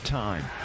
time